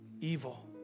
evil